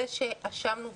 זה ש"אשמנו,